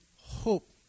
hope